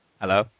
Hello